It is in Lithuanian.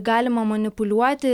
galima manipuliuoti